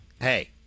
Hey